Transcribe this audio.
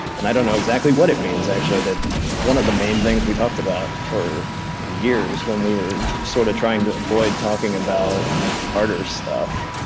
and i don't know exactly what it means, actually, that it's one of the main things we talked about for years, when we were sort of trying to avoid talking about harder stuff.